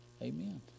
amen